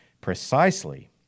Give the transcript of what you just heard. precisely